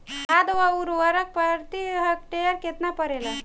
खाद व उर्वरक प्रति हेक्टेयर केतना परेला?